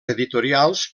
editorials